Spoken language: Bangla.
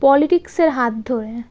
পলিটিক্সের হাত ধরে